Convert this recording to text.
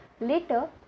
Later